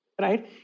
Right